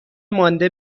مانده